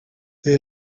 they